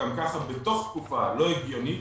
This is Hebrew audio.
גם ככה בתוך תקופה לא הגיונית,